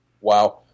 Wow